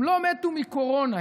הם לא מתו מקורונה,